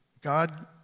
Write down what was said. God